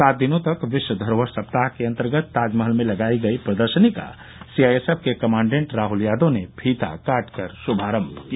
सात दिनों तक विश्व धरोहर सप्ताह के अन्तर्गत ताजमहल में लगाई गई प्रदर्शनी का सीआईएसएफ के कमांडेंड राहुल यादव ने फीता काट कर शुभारम्म किया